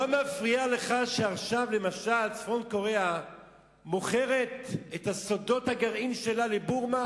לא מפריע לך שעכשיו למשל צפון-קוריאה מוכרת את סודות הגרעין שלה לבורמה,